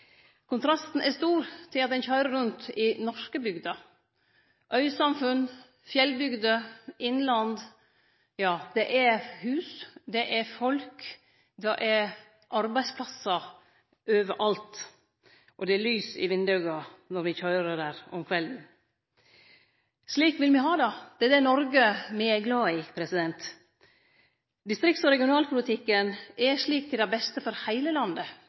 norske bygder. Øysamfunn, fjellbygder, innland – ja, det er hus, det er folk, det er arbeidsplassar overalt, og det er lys i vindauga når me køyrer der om kvelden. Slik vil me ha det – det er det Noreg me er glade i. Distrikts- og regionalpolitikken er slik til det beste for heile landet.